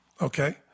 Okay